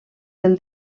del